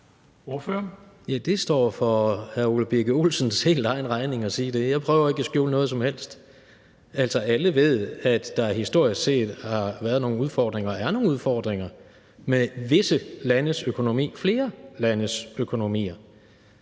Det står for hr. Ole Birk Olesens helt egen regning at sige det. Jeg prøver ikke at skjule noget som helst. Altså, alle ved, at der historisk set har været nogle udfordringer, og at der er nogle udfordringer med visse landes økonomi – flere landes økonomi.